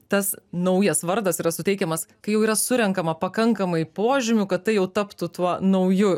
tas naujas vardas yra suteikiamas kai jau yra surenkama pakankamai požymių kad tai jau taptų tuo nauju